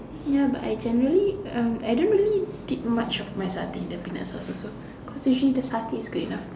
ya but I generally um I don't really dip much of my satay in the peanut sauce also cause usually the satay is good enough